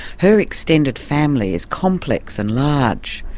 her extended family is complex and large.